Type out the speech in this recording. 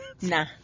Nah